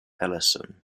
ellison